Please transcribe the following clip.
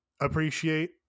appreciate